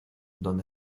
donde